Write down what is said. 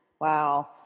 Wow